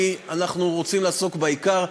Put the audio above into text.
כי אנחנו רוצים לעסוק בעיקר.